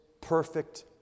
perfect